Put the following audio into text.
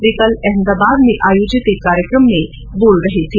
वे कल अहमदाबाद में आयोजित एक कार्यक्रम में बोल रहे थे